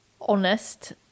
honest